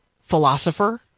philosopher